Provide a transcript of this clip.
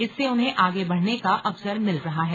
इससे उन्हें आगे बढ़ने का अवसर मिल रहा है